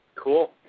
Cool